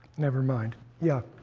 never mind. yeah.